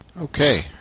Okay